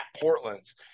Portland's